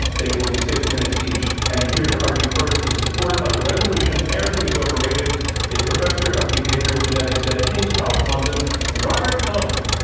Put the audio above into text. they will be six minutes each. and here to argue, first, in support of the resolution parenting is overrated is professor of behavioral genetics at king's college, london robert plomin.